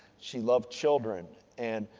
she loved children. and,